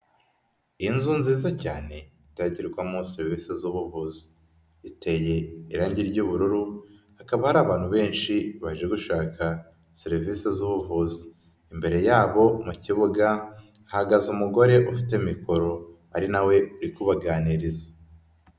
Inzu nziza cyane itangirwarwamo serivisi z'ubuvuzi iteye irangi ry'ubururu hakaba hari abantu benshi baje gushaka serivisi z'ubuvuzi imbere yabo mu kibuga hagaze umugore ufite mikoro ari nawe urikubaganiriza.